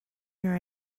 your